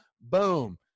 boom